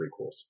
prequels